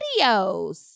videos